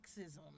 sexism